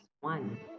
one